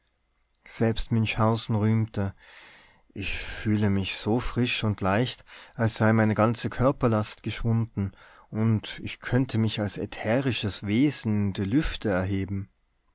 selbst münchhausen rühmte ich fühle mich so frisch und leicht als sei meine ganze körperlast geschwunden und ich könnte mich als ätherisches wesen in die lüfte erheben